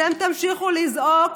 אתם תמשיכו לזעוק,